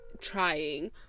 trying